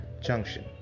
junction